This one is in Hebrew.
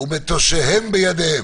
ומטושיהם בידיהם?